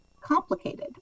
complicated